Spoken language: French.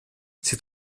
ces